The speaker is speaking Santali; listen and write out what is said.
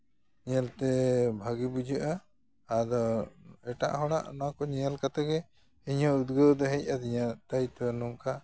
ᱧᱮᱞᱛᱮ ᱵᱷᱟᱜᱮ ᱵᱩᱡᱷᱟᱹᱜᱼᱟ ᱟᱫᱚ ᱮᱴᱟᱜ ᱦᱚᱲᱟᱜ ᱚᱱᱟ ᱠᱚ ᱧᱮᱞ ᱠᱟᱛᱮ ᱜᱮ ᱤᱧ ᱦᱚᱸ ᱩᱫᱽᱜᱟᱹᱣ ᱫᱚ ᱦᱮᱡ ᱟᱹᱫᱤᱧᱟ ᱛᱟᱹᱭ ᱛᱚ ᱱᱚᱝᱠᱟ